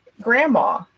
grandma